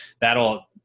that'll